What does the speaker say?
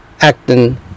acting